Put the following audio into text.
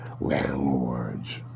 landlords